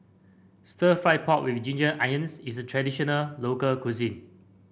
Stir Fried Pork with Ginger Onions is a traditional local cuisine